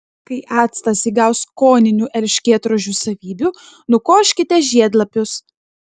kai actas įgaus skoninių erškėtrožių savybių nukoškite žiedlapius